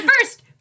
first